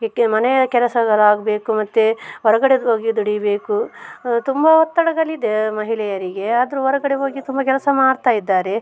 ಇದಕ್ಕೆ ಮನೆಯ ಕೆಲಸಗಳಾಗ್ಬೇಕು ಮತ್ತು ಹೊರಗಡೆ ಹೋಗಿ ದುಡಿಯಬೇಕು ತುಂಬ ಒತ್ತಡಗಳಿದೆ ಮಹಿಳೆಯರಿಗೆ ಆದ್ರೂ ಹೊರಗಡೆ ಹೋಗಿ ತುಂಬ ಕೆಲಸ ಮಾಡ್ತಾಯಿದ್ದಾರೆ